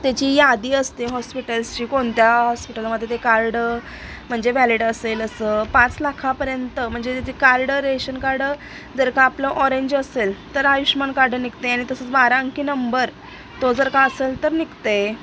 त्याची यादी असते हॉस्पिटल्सची कोणत्या हॉस्पिटलमध्ये ते कार्ड म्हणजे व्हॅलिड असेल असं पाच लाखापर्यंत म्हणजे ते कार्ड रेशन कार्ड जर का आपलं ऑरेंज असेल तर आयुष्यमान कार्ड निघते आणि तसंच बारा अंकी नंबर तो जर का असेल तर निघत आहे